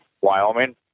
Wyoming